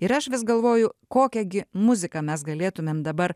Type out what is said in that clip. ir aš vis galvoju kokią gi muziką mes galėtumėm dabar